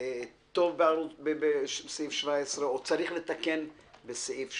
טוב בסעיף 17 או צריך לתקן בסעיף 17?